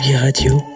Radio